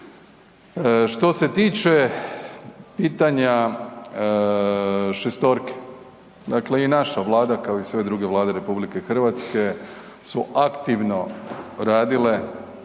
Što se tiče pitanja šestorke, dakle i naša vlada kao i sve druge Vlade RH su aktivno radile